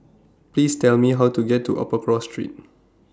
Please Tell Me How to get to Upper Cross Street